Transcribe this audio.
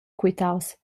quitaus